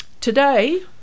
Today